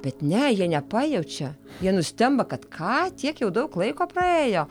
bet ne jie nepajaučia jie nustemba kad ką tiek jau daug laiko praėjo